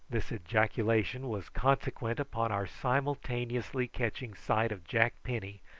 this ejaculation was consequent upon our simultaneously catching sight of jack penny,